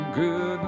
good